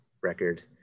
record